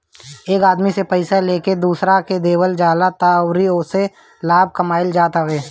एक आदमी से पइया लेके दोसरा के देवल जात ह अउरी ओसे लाभ कमाइल जात बाटे